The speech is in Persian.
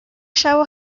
شبو